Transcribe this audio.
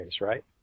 right